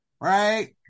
right